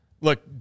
Look